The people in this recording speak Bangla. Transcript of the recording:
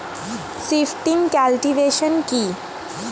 শিফটিং কাল্টিভেশন কি?